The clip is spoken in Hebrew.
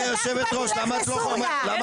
גברתי היושבת-ראש, את לא --- אם